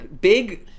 big